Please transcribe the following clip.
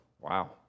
Wow